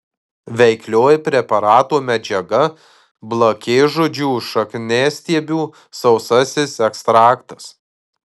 veiklioji preparato medžiaga blakėžudžių šakniastiebių sausasis ekstraktas